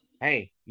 hey